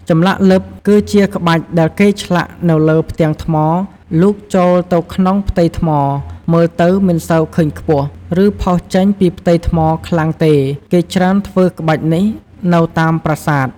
ចម្លាក់លិបគឺជាក្បាច់ដែលគេឆ្លាក់នៅលើផ្ទាំងថ្មលូកចូលទៅក្នុងផ្ទៃថ្ម មើលទៅមិនសូវឃើញខ្ពស់ ឬផុសចេញពីផ្ទៃថ្មខ្លាំងទេគេច្រើនធ្វើក្បាច់នេះនៅតាមប្រាសាទ។